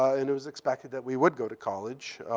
and it was expected that we would go to college.